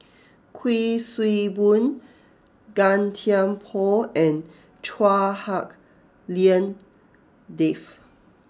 Kuik Swee Boon Gan Thiam Poh and Chua Hak Lien Dave